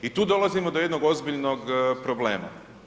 I tu dolazimo do jednog ozbiljnog problema.